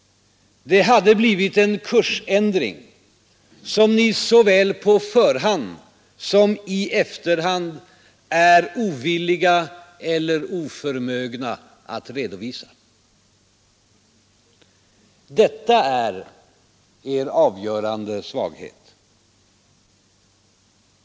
Det hade blivit en kursändring som ni såväl på förhand som i efterhand är ovilliga eller oförmögna att redovisa. Detta är er avgörande svaghet.